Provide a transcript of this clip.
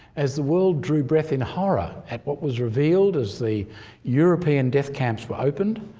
as the world drew breath in horror at what was revealed as the european death camps were opened,